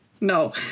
No